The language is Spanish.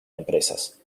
empresas